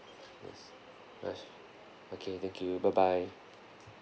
okay thank you bye bye